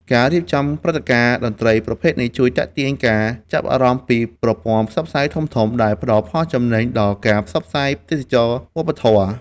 ការរៀបចំព្រឹត្តិការណ៍តន្ត្រីប្រភេទនេះ ជួយទាក់ទាញការចាប់អារម្មណ៍ពីប្រព័ន្ធផ្សព្វផ្សាយធំៗ ដែលផ្ដល់ផលចំណេញដល់ការផ្សព្វផ្សាយទេសចរណ៍វប្បធម៌។